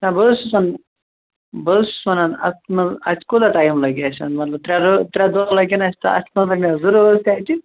نَہ بہٕ حظ چھُس وَنان بہٕ حظ چھُس وَنان اَتھ منٛز اَتہِ کوٗتاہ ٹایم لَگہِ اسہِ مطلب ترٛےٚ رٲژ ترٛےٚ دۄہ لَگن اسہِ تہِ اَتھ منٛز لگہِ نَہ زٕ رٲژ تہِ اَتہِ